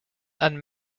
and